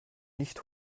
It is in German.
nicht